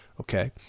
Okay